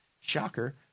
Shocker